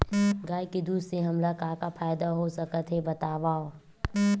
गाय के दूध से हमला का का फ़ायदा हो सकत हे बतावव?